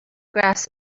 grass